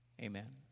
amen